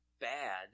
bad